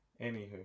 Anywho